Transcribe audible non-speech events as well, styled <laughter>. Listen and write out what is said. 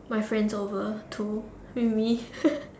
my friend's over too with me <laughs>